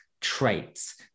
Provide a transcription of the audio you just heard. traits